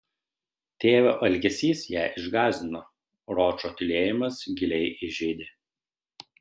tėvo elgesys ją išgąsdino ročo tylėjimas giliai įžeidė